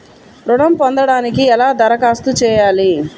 ఋణం పొందటానికి ఎలా దరఖాస్తు చేయాలి?